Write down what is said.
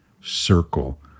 circle